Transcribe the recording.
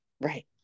Right